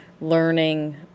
learning